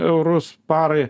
eurus parai